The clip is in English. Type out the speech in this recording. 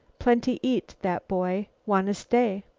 plenty eat, that boy. wanna stay.